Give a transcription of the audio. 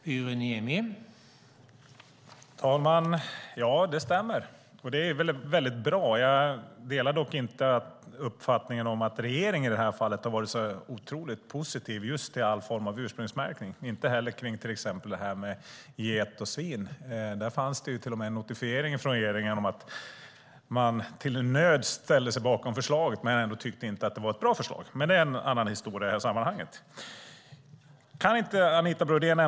Herr talman! Ja, det stämmer, och det är bra. Jag delar dock inte uppfattningen att regeringen har varit positiv till all form av ursprungsmärkning. När det gäller get och svin fanns det till och med en notifiering från regeringen om att man till nöds ställde sig bakom förslaget trots att man inte tyckte att det var ett bra förslag. Det är dock en annan historia.